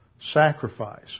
sacrifice